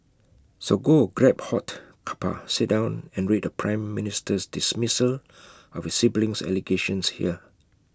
so go A grab hot cuppa sit down and read the prime Minister's dismissal of his siblings allegations here